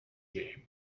game